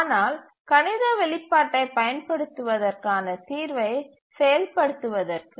ஆனால் கணித வெளிப்பாட்டைப் பயன்படுத்துவதற்கான தீர்வைச் செயல்படுத்துவதற்கு